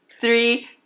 Three